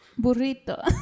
burrito